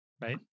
right